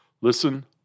Listen